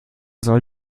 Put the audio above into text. soll